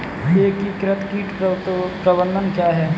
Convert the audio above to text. एकीकृत कीट प्रबंधन क्या है?